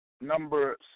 number